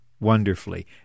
wonderfully